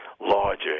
larger